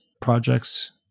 projects